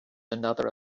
another